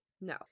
No